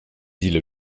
îles